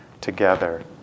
together